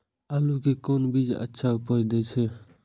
आलू के कोन बीज अच्छा उपज दे छे?